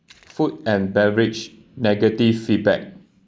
food and beverage negative feedback